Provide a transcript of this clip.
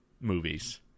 movies